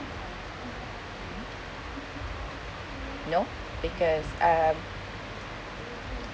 no because uh